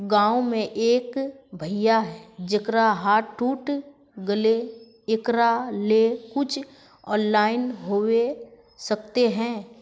गाँव में एक भैया है जेकरा हाथ टूट गले एकरा ले कुछ ऑनलाइन होबे सकते है?